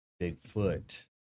Bigfoot